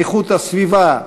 איכות הסביבה,